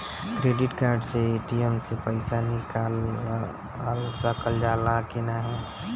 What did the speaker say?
Credit card से ATM से पइसा निकाल सकल जाला की नाहीं?